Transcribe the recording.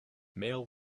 male